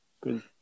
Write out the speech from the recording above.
Good